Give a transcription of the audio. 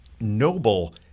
noble